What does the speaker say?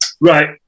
Right